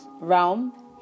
realm